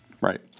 Right